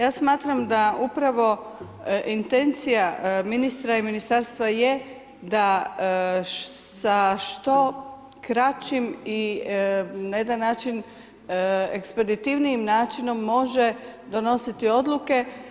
Ja smatram da upravo intencija ministra i ministarstva je da sa što kraćim i na jedan način ekspeditivnijim načinom može donositi odluke.